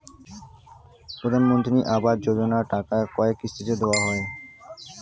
প্রধানমন্ত্রী আবাস যোজনার টাকা কয় কিস্তিতে দেওয়া হয়?